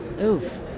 Oof